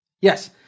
Yes